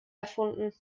erfunden